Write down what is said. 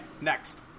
Next